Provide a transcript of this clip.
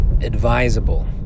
advisable